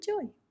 enjoy